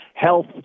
health